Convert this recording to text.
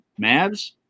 Mavs